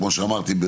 כמו שאמרתי,